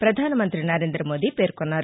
ప్రపధానమంతి నరేంద్రమోదీ పేర్కొన్నారు